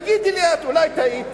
תגידי לי את, אולי טעיתי,